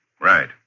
Right